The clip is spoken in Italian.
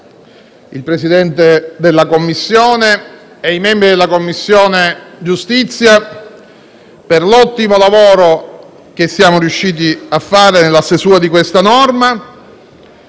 il Presidente e i membri della Commissione giustizia per l'ottimo lavoro che siamo riusciti a fare nella stesura di questa norma,